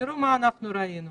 תראו מה אנחנו ראינו.